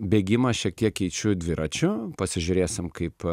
bėgimą šiek tiek keičiu dviračiu pasižiūrėsim kaip